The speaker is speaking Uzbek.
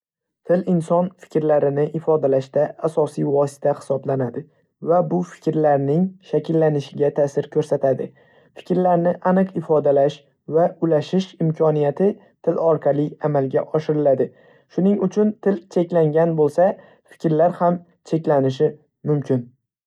Til, inson fikrlarini ifodalashda asosiy vosita hisoblanadi va bu fikrlarning shakllanishiga ta'sir ko‘rsatadi. Fikrlarni aniq ifodalash va ulashish imkoniyati til orqali amalga oshiriladi. Shuning uchun, til cheklangan bo‘lsa, fikrlar ham cheklanishi mumkin.